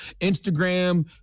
Instagram